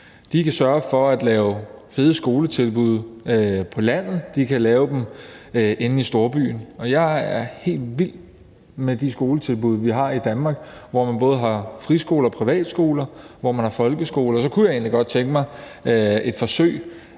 De kan sørge for at lave fede skoletilbud på landet, og de kan lave dem inde i storbyen. Jeg er helt vild med de skoletilbud, vi har i Danmark, hvor man både har friskoler og privatskoler, og hvor man har folkeskoler, og så kunne jeg egentlig godt tænke mig et forsøg